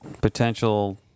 Potential